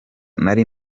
nari